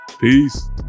Peace